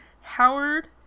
Howard